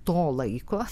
to laiko